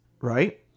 Right